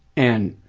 and